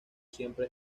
siempre